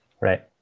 right